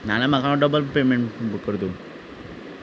नाजाल्या म्हाका हांव डब्बल पेमेंट बूक करपी